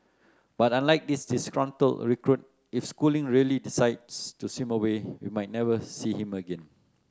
but unlike this disgruntled recruit if Schooling really decides to swim away we might never see him again